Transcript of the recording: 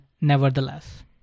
nevertheless